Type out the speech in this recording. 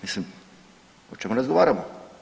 Mislim, o čemu razgovaramo.